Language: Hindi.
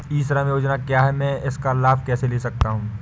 ई श्रम योजना क्या है मैं इसका लाभ कैसे ले सकता हूँ?